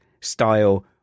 style